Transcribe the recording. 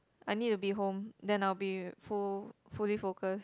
I need to be home then I'll be full~ fully focused